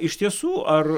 iš tiesų ar